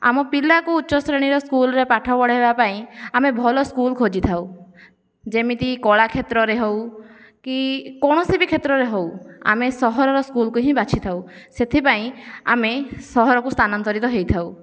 ଆମ ପିଲାକୁ ଉଚ୍ଚ ଶ୍ରେଣୀର ସ୍କୁଲ୍ରେ ପାଠ ପଢ଼ାଇବା ପାଇଁ ଆମେ ଭଲ ସ୍କୁଲ୍ ଖୋଜିଥାଉ ଯେମିତି କଳା କ୍ଷେତ୍ରରେ ହେଉ କି କୌଣସି ବି କ୍ଷେତ୍ରରେ ହେଉ ଆମେ ସହରର ସ୍କୁଲ୍କୁ ହିଁ ବାଛିଥାଉ ସେଥିପାଇଁ ଆମେ ସହରକୁ ସ୍ଥାନାନ୍ତରିତ ହୋଇଥାଉ